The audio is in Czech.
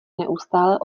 neustále